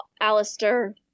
Alistair